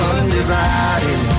Undivided